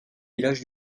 villages